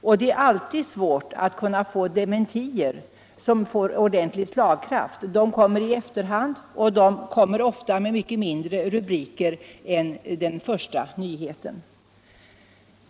Och det är alltid svårt att erhålla dementier som får ordentlig slagkraft — de kommer i efterhand, och de har ofta mycket mindre rubriker än den första nyheten.